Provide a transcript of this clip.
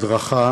הדרכה